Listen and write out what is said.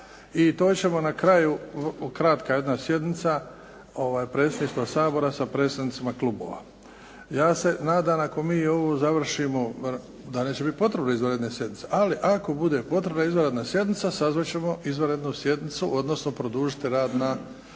i to ćemo na kraju, kratka jedna sjednica, Predsjedništvo Sabora sa predstavnicima klubova. Ja se nadam ako mi ovo završimo da neće biti potrebno izvanredne sjednice, ali ako bude potrebna izvanredna sjednica, sazvati ćemo izvanrednu sjednicu, odnosno produžiti rad na